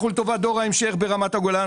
אנחנו לטובת דור ההמשך ברמת הגולן.